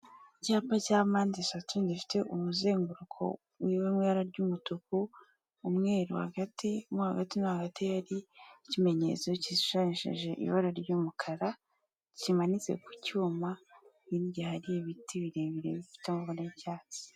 Icyapa cya mpande eshatu gifite umuzenguruko w'ibabara ry'umutuku, umweru hagati mo hagati no hagati hari ikimenyetso kishashijeje ibara ry'umukara kimanitse ku cyuma, hirya hari ibiti birebire bifite amabara y'icyatsi.